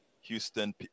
Houston